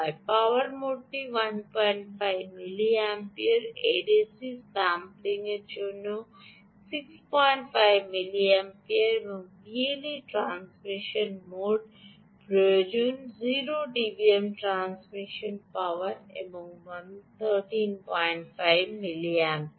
পাওয়ার মোডটি 15 milliampere ADC স্যাম্পলিংয়ের জন্য 65 মিলিঅ্যাম্পিয়ার এবং বিএলই ট্রান্সমিশন মোড প্রয়োজন 0 ডিবিএম ট্রান্সমিশন পাওয়ারে 135 মিলিঅ্যাম্পিয়ার